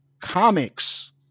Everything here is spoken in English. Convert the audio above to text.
comics